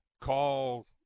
call